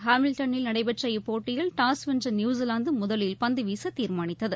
ஹாமில்டனில் நடைபெற்ற இப்போட்டியில் டாஸ் வென்ற நியூசிலாந்து முதலில் பந்து வீச தீர்மானித்தது